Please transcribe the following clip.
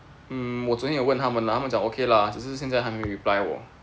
mm 我昨天有问他们他们讲 okay 啦只是现在还没 reply 我